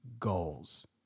goals